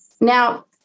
Now